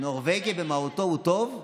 נורבגי במהותו הוא טוב,